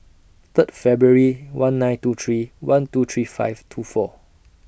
Third February one nine two three one two three five two four